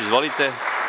Izvolite.